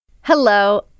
Hello